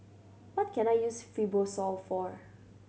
what can I use Fibrosol for